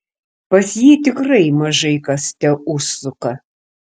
pas jį tikrai mažai kas teužsuka